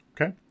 Okay